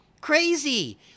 Crazy